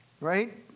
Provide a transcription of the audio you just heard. right